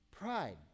pride